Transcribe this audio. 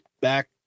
back